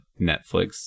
Netflix